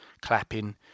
clapping